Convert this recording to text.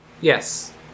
Yes